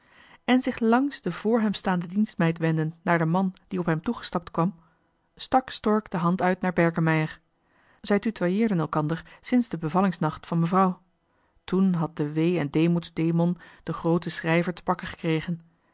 en zich langs de terzijde vr hem staande dienstmeid heen wendend naar den man die op hem toegestapt kwam stak stork de hand uit naar berkemeier zij tutoyeerden elkander sinds den bevallingsnacht johan de meester de zonde in het deftige dorp van mevrouw toen had de wee en dee moeds demon den grooten schrijver te pakken gekregen